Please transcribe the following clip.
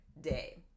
day